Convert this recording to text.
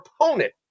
opponent